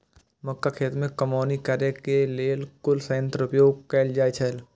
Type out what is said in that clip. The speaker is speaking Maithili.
मक्का खेत में कमौनी करेय केय लेल कुन संयंत्र उपयोग कैल जाए छल?